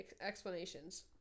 explanations